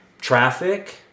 traffic